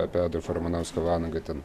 apie adolfą ramanauską vanagą ten